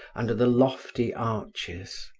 under the lofty arches.